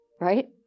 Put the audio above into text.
right